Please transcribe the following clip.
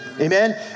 Amen